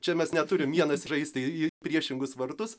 čia mes neturim vienas raistai į priešingus vartus